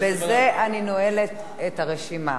ובזה אני נועלת את הרשימה.